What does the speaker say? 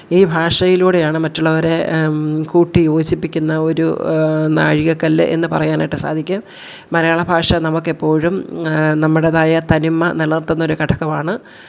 ഈ ഭാഷയിലൂടെയാണ് മറ്റുള്ളവരെ കൂട്ടിയോജിപ്പിക്കുന്ന ഒരു നാഴികക്കല്ല് എന്നു പറയാനായിട്ട് സാധിക്കും മലയാള ഭാഷ നമുക്കെപ്പോഴും നമ്മുടേതായ തനിമ നിലനിർത്തുന്ന ഒരു ഘടകമാണ്